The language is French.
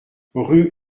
rue